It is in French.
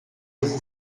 vous